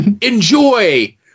Enjoy